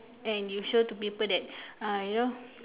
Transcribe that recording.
and you show to people that uh you know